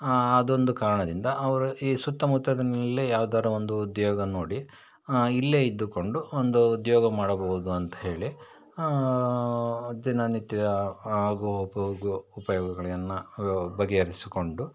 ಅದೊಂದು ಕಾರಣದಿಂದ ಅವರು ಈ ಸುತ್ತಮುತ್ತಲಿನಲ್ಲೇ ಯಾವ್ದಾರೂ ಒಂದು ಉದ್ಯೋಗ ನೋಡಿ ಇಲ್ಲೇ ಇದ್ದುಕೊಂಡು ಒಂದು ಉದ್ಯೋಗ ಮಾಡಬಹುದು ಅಂತ ಹೇಳಿ ದಿನನಿತ್ಯ ಆಗು ಹೋಗೋ ಉಪಯೋಗಗಳನ್ನು ಬಗೆಹರಿಸಿಕೊಂಡು